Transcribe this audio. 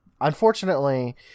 unfortunately